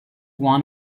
one